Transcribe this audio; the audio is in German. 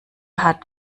hat